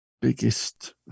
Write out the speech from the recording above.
biggest